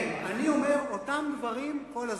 כן, אני אומר את אותם דברים כל הזמן.